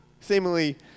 seemingly